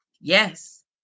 Yes